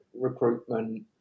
recruitment